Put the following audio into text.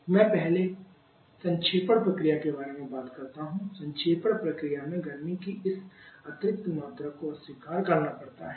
मैं पहले संक्षेपण प्रक्रिया के बारे में बात करता हूं संक्षेपण प्रक्रिया में गर्मी की इस अतिरिक्त मात्रा को अस्वीकार करना पड़ता है